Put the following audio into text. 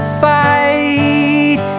fight